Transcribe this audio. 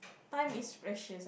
time is precious